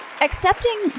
Accepting